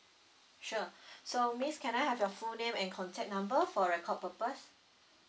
sure so miss can I have your full name and contact number for record purpose